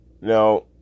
Now